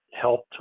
helped